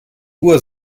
uhr